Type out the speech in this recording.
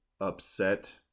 upset